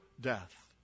death